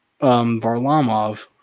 Varlamov